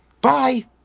Bye